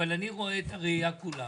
אבל אני רואה את הראייה כולה,